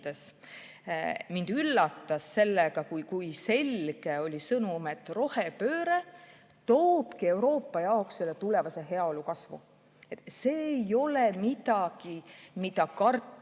mind üllatas sellega, kui selge oli sõnum, et rohepööre toobki Euroopa jaoks kaasa tulevase heaolu kasvu. See ei ole midagi, mida karta